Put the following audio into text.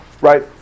right